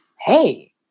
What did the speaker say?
hey